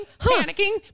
Panicking